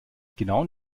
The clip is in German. genauen